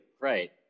Right